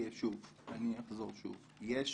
אני אחזור שוב, יש